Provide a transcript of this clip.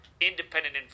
independent